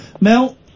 Mel